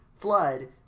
Flood